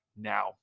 now